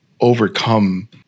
overcome